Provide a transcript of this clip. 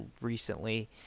recently